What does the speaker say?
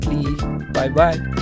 Bye-bye